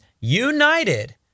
united